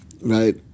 right